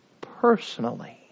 personally